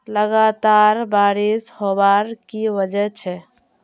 लगातार बारिश होबार की वजह छे?